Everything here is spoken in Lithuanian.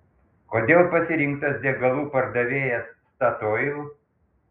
kodėl pasirinktas degalų pardavėjas statoil